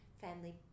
family